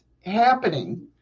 happening